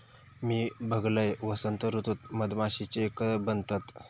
मी बघलंय, वसंत ऋतूत मधमाशीचे कळप बनतत